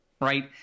right